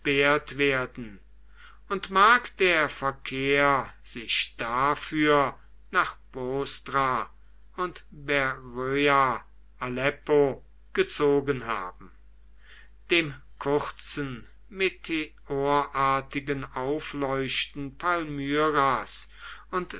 werden und mag der verkehr sich dafür nach bostra oder beroea aleppo gezogen haben dem kurzen meteorartigen aufleuchten palmyras und